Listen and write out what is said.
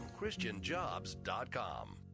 ChristianJobs.com